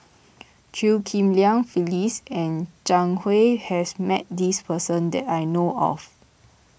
Chew Ghim Lian Phyllis and Zhang Hui has met this person that I know of